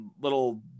little